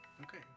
Okay